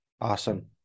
Awesome